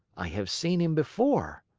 i have seen him before.